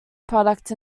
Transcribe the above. product